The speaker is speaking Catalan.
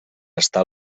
estar